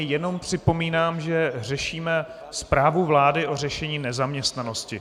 Jenom připomínám, že řešíme zprávu vlády o řešení nezaměstnanosti.